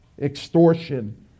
extortion